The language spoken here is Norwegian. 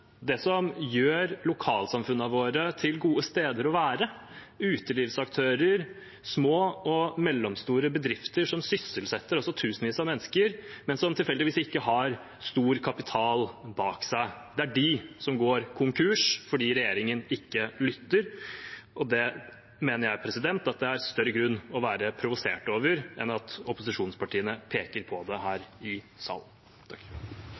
det som gjør lokalsamfunnene våre til gode steder å være: utelivsaktører, små og mellomstore bedrifter som sysselsetter tusenvis av mennesker, men som ikke tilfeldigvis har stor kapital bak seg. Det er de som går konkurs fordi regjeringen ikke lytter. Det mener jeg at det er større grunn til å være provosert over enn det at opposisjonspartiene peker på det her i salen. Takk